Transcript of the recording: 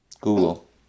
Google